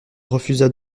refusa